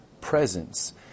presence